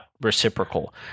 reciprocal